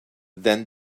then